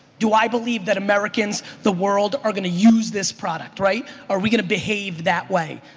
do i believe that americans, the world are gonna use this product, right? are we gonna behave that way,